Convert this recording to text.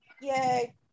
Yay